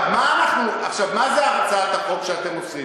מה זאת הצעת החוק שאתם עושים?